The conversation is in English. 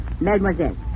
Mademoiselle